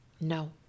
no